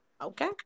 Okay